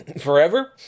forever